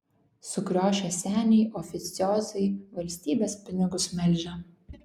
sukriošę seniai oficiozai valstybės pinigus melžia